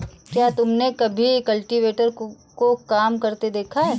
क्या तुमने कभी कल्टीवेटर को काम करते देखा है?